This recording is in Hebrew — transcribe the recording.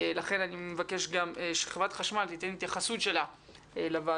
לכן אני מבקש גם שחברת חשמל תיתן התייחסות שלה לוועדה,